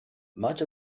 much